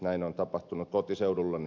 näin on tapahtunut kotiseudullani